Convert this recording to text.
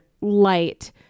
light